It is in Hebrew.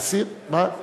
מה?